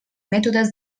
mètodes